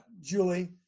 Julie